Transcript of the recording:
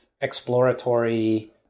exploratory